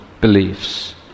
beliefs